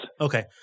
Okay